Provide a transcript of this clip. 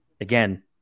again